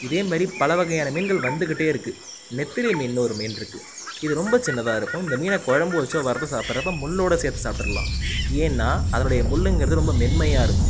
இதேமாரி பலவகையான மீன்கள் வந்துக்கிட்டே இருக்குது நெத்திலி மீன்னு ஒரு மீன் இருக்குது இது ரொம்ப சின்னதாக இருக்கும் இந்த மீனை கொழம்பு வச்சோ வறுத்து சாப்பிட்றப்ப முள்ளோட சேர்த்து சாப்பிட்றலாம் ஏன்னா அதனுடைய முள்ளுங்கிறது ரொம்ப மென்மையாக இருக்கும்